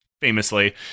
famously